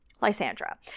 Lysandra